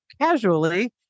casually